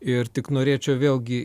ir tik norėčiau vėlgi